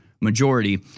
majority